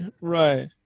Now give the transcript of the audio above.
Right